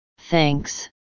Thanks